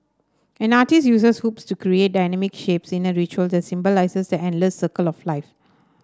an artiste uses hoops to create dynamic shapes in a ritual that symbolises the endless circle of life